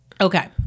Okay